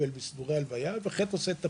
וסידורי הלוויה ואלמוני עושה את הפינוי.